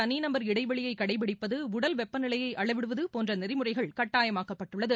தனிநபர் இளடவெளியை கடைபிடிப்பது உடல் வெப்பநிலையை அளவிடுவது போன்ற நெறிமுறைகள் கட்டாயமாக்கப்பட்டுள்ளது